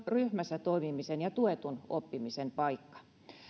ryhmässä toimimisen ja tuetun oppimisen paikka